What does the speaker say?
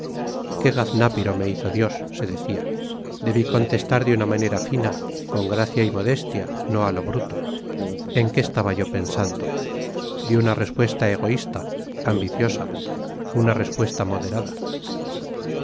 qué gaznápiro me hizo dios se decía debí contestar de una manera fina con gracia y modestia no a lo bruto en qué estaba yo pensando di una respuesta egoísta ambiciosa una respuesta moderada